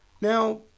Now